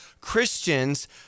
Christians